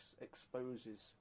exposes